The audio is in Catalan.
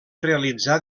realitzar